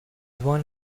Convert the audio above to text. one